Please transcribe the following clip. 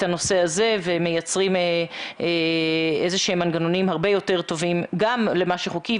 הנושא הזה ומייצרים איזה שהם מנגנונים הרבה יותר טובים גם למה שחוקי,